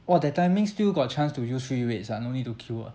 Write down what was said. !wah! that timing still got chance to use free weights ah no need to queue ah